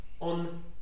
on